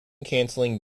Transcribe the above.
canceling